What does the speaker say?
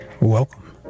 Welcome